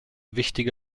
wichtige